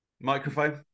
Microphone